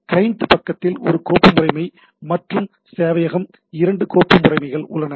client பக்கத்தில் ஒரு கோப்பு முறைமை மற்றும் சேவையகம் இரண்டு கோப்பு முறைமைகள் உள்ளது